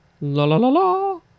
La-la-la-la